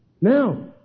Now